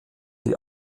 die